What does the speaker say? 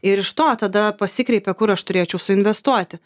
ir iš to tada pasikreipia kur aš turėčiau suinvestuoti